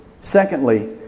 Secondly